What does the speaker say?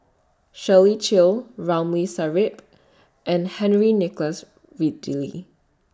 Shirley Chew Ramli Sarip and Henry Nicholas Ridley